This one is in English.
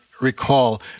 recall